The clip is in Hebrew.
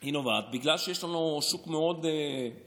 היא נובעת מזה שיש לנו שוק מאוד מונופוליסטי.